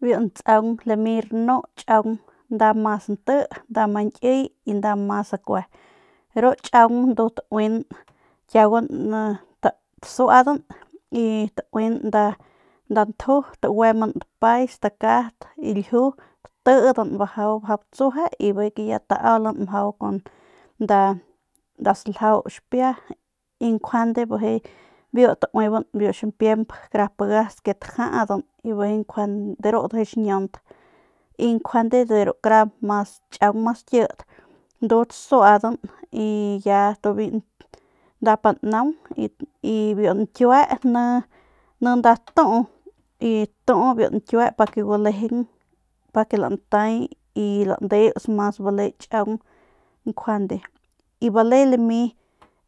Biu ntsau lami rnu tchaung nda mas nti nda mas ñkiy nda mas akue ru tchiaung ndu tauin kiaguan tasuaadan y taui nda nju taguemban dapay stakat y lju tatiidan bajau mjau batsueje y bijiy mjau taaulan mjau kun nda saljau xipia y bijiy njuande biu tauiban biu ximpiemp kara pagas que tajadan y bijiy de ru ndujuy xiñiant y njuande de ru ru kara tchiaung mas kit ndu tasuadan y ya nda pan naung y biu ñkiue ni nda tuu nda tuu pa ke gulejeng paque lantay y landeus mas bale tchaung njuande y bale lami